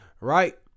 right